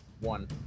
one